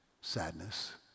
sadness